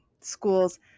schools